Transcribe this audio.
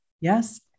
Yes